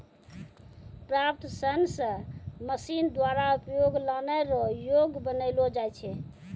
प्राप्त सन से मशीन द्वारा उपयोग लानै रो योग्य बनालो जाय छै